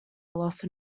loss